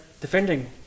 defending